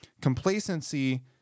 Complacency